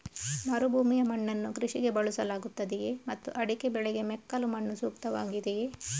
ಮರುಭೂಮಿಯ ಮಣ್ಣನ್ನು ಕೃಷಿಗೆ ಬಳಸಲಾಗುತ್ತದೆಯೇ ಮತ್ತು ಅಡಿಕೆ ಬೆಳೆಗೆ ಮೆಕ್ಕಲು ಮಣ್ಣು ಸೂಕ್ತವಾಗಿದೆಯೇ?